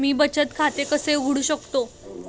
मी बचत खाते कसे उघडू शकतो?